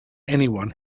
anyone